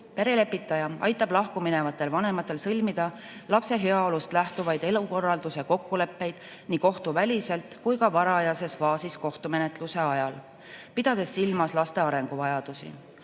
Perelepitaja aitab lahkuminevatel vanematel sõlmida lapse heaolust lähtuvaid elukorralduse kokkuleppeid nii kohtuväliselt kui ka varajases faasis kohtumenetluse ajal, pidades silmas laste arenguvajadusi.